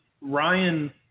Ryan